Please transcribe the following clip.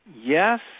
Yes